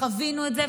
חווינו את זה,